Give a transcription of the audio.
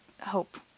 hope